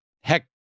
heck